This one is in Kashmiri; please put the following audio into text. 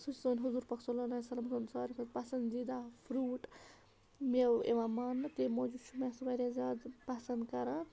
سُہ چھِ سون حضوٗر پاک صلی اللہُ علیہِ وَسَلم ہُنٛد ساروی کھۄتہٕ پَسنٛدیٖدہ فرٛوٗٹ مٮ۪وٕ یِوان ماننہٕ تَمہِ موٗجوٗب چھُ مےٚ سُہ واریاہ زیادٕ پَسنٛد کَران